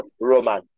Roman